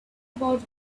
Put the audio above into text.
about